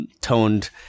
toned